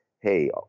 hey